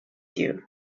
you